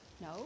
no